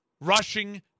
rushing